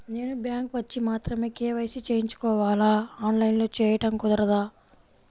నేను బ్యాంక్ వచ్చి మాత్రమే కే.వై.సి చేయించుకోవాలా? ఆన్లైన్లో చేయటం కుదరదా?